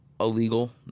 Illegal